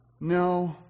No